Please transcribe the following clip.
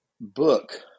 book